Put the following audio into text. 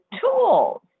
tools